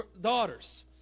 daughters